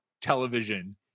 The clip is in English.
television